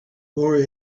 more